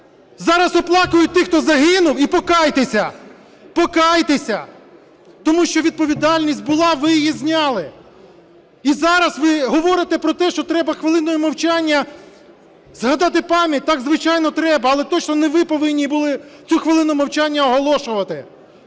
зараз оплакують тих, хто загинув, і покайтеся. Покайтеся! Тому що відповідальність була, ви її зняли. І зараз ви говорите про те, що треба хвилиною мовчання згадати пам'ять… Так, звичайно треба. Але точно не ви повинні були цю хвилину мовчання оголошувати.